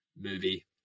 movie